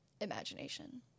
imagination